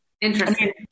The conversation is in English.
Interesting